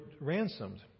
ransomed